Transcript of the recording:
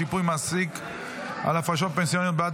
שיפוי המעסיק על הפרשות פנסיוניות בעד